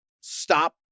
stop